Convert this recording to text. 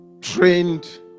trained